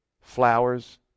flowers